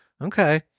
Okay